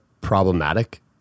problematic